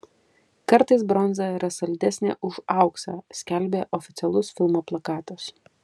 kartais bronza yra saldesnė už auksą skelbė oficialus filmo plakatas